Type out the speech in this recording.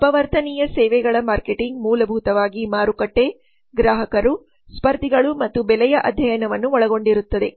ಅಪವರ್ತನೀಯ ಸೇವೆಗಳ ಮಾರ್ಕೆಟಿಂಗ್ ಮೂಲಭೂತವಾಗಿ ಮಾರುಕಟ್ಟೆ ಗ್ರಾಹಕರು ಸ್ಪರ್ಧಿಗಳು ಮತ್ತು ಬೆಲೆಯ ಅಧ್ಯಯನವನ್ನು ಒಳಗೊಂಡಿರುತ್ತದೆ